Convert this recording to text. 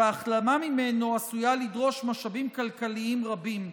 והחלמה ממנו עשויה לדרוש משאבים כלכליים רבים.